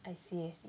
I see